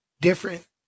different